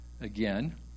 again